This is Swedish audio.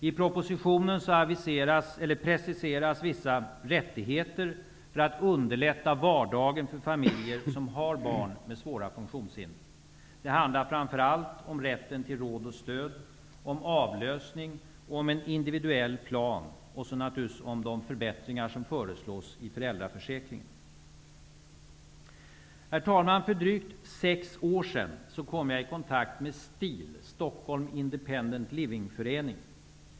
I propositionen preciseras vissa rättigheter när det gäller att underlätta vardagen för familjer som har barn med svåra funktionshinder. Det handlar framför allt om rätten till råd och stöd, om avlösning, om en individuell plan och, naturligtvis, om de förbättringar i föräldraförsäkringen som föreslås. Herr talman! För drygt sex år sedan kom jag i kontakt med STIL, Stockholm Independent Living Förening.